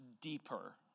deeper